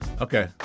Okay